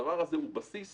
הדבר הזה הוא הבסיס